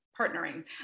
partnering